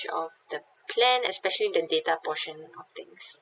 of the plan especially the data portion of things